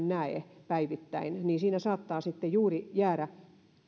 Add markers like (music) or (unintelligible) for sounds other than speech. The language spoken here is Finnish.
(unintelligible) näe päivittäin niin niin siinä saattaa sitten juuri jäädä